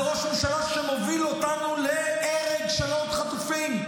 זה ראש ממשלה שמוביל אותנו להרג של עוד חטופים.